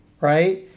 right